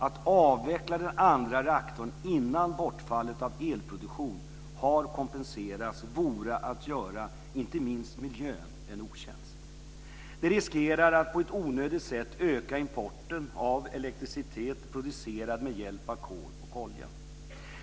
Att avveckla den andra reaktorn innan bortfallet av elproduktion har kompenserats vore att göra inte minst miljön en otjänst. Det riskerar att på ett onödigt sätt öka importen av elektricitet producerad med hjälp av kol och olja.